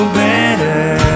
better